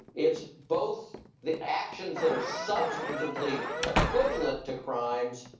it's both the actions that are substantively equivalent to crimes,